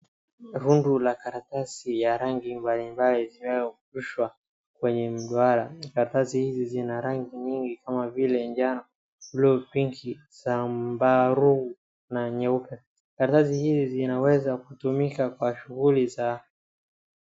Rundo la karatasi ya rangi mbalimbali imezungushwa kwenye mduara. Karatasi hizi zina rangi nyingi kama vile njano, pinki , sambaru, na nyeupe. Karatasi hizi zinaweza kutumika kwa shughuli za.